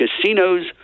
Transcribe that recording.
casinos